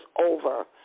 over